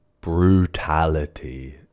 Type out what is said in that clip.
brutality